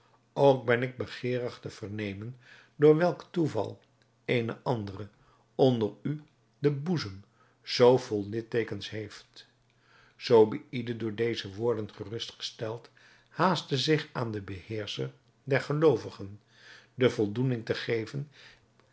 ook ben ik begeerig te vernemen door welk toeval eene andere onder u den boezem zoo vol lidteekens heeft zobeïde door deze woorden gerustgesteld haastte zich aan den beheerscher der geloovigen de voldoening te geven